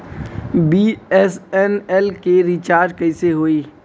BSNL के recharge कैसे होयी?